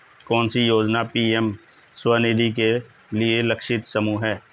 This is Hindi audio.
कौन सी योजना पी.एम स्वानिधि के लिए लक्षित समूह है?